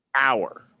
hour